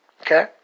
okay